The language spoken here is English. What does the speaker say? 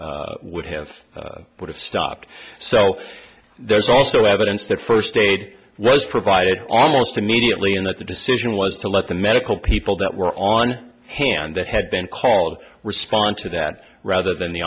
r would have would have stopped so there's also evidence that first aid was provided almost immediately and that the decision was to let the medical people that were on hand that had been called respond to that rather than the